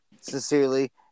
sincerely